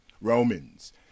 Romans